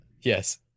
yes